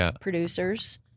producers